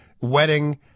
wedding